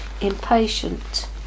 impatient